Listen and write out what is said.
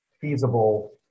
Feasible